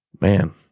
man